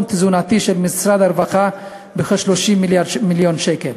תזונתי של משרד הרווחה בכ-30 מיליון שקל.